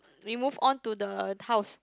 we move on to the tiles